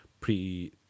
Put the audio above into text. pre